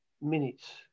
minutes